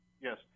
Yes